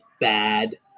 bad